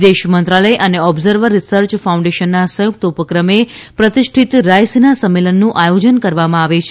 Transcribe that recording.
વિદેશમંત્રાલય અને observer research ફાઉન્ડેશનના સંયુક્ત ઉપક્રમે પ્રતિષ્ઠિત રાયસીના સંમેલનનું આયોજન કરવામાં આવે છે